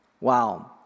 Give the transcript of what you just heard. Wow